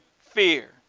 fear